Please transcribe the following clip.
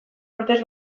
urtez